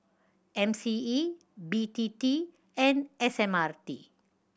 M C E B T T and S M R T